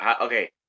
Okay